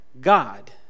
God